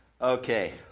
Okay